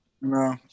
no